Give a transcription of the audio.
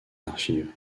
archives